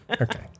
Okay